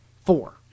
Four